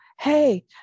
Hey